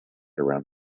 around